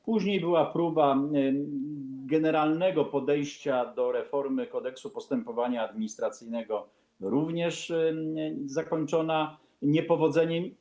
Później była próba generalnego podejścia do reformy Kodeksu postępowania administracyjnego - również zakończona niepowodzeniem.